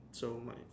so my